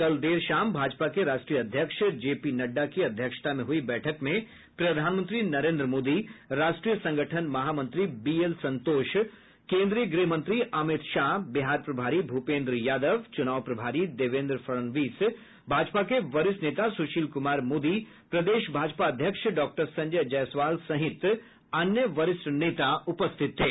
कल देर शाम भाजपा के राष्ट्रीय अध्यक्ष जे पी नड्डा की अध्यक्षता में हुई बैठक में प्रधानमंत्री नरेन्द्र मोदी राष्ट्रीय संगठन महामंत्री बीएल संतोष केन्द्रीय गृह मंत्री अमित शाह बिहार प्रभारी भूपेन्द्र यादव चुनाव प्रभारी देवेन्द्र फड़णवीस भाजपा के वरिष्ठ नेता सुशील कुमार मोदी प्रदेश भाजपा अध्यक्ष डॉक्टर संजय जायसवाल सहित अन्य वरिष्ठ नेता उपस्थित थे